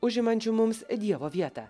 užimančių mums dievo vietą